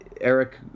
Eric